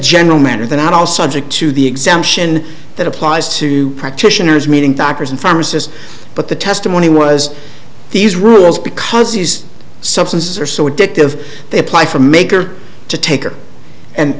general matter than at all subject to the exemption that applies to practitioners meeting doctors and pharmacists but the testimony was these rules because these substances are so addictive they apply for a maker to take or and